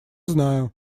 знаю